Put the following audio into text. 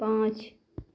पाँच